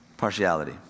partiality